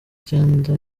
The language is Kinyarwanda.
icyenda